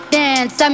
dance